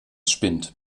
spinnt